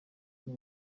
n’u